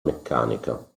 meccanica